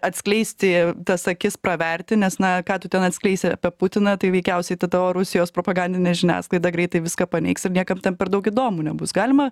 atskleisti tas akis praverti nes na ką tu ten atskleisi apie putiną tai veikiausiai ta tavo rusijos propagandinė žiniasklaida greitai viską paneigs ir niekam ten per daug įdomu nebus galima